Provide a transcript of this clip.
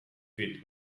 fit